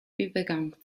übergang